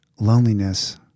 Loneliness